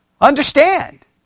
Understand